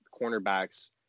cornerbacks